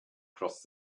cross